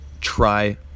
try